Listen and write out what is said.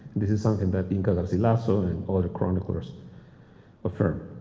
this is something that inca garcilaso and other chroniclers affirm.